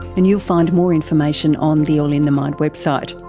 and you'll find more information on the all in the mind website.